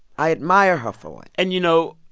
i admire her for it and, you know,